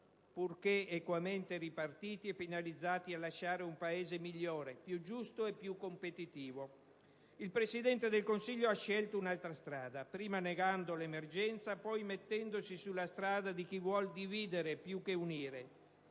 purché equamente ripartiti e finalizzati a lasciare un Paese migliore, più giusto e più competitivo. Il Presidente del Consiglio ha scelto un'altra strada, prima negando l'emergenza, poi mettendosi sulla strada di chi vuol dividere più che unire: